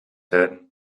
said